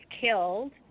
killed